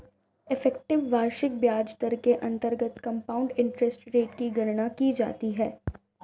effective वार्षिक ब्याज दर के अंतर्गत कंपाउंड इंटरेस्ट रेट की गणना की जाती है